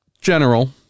general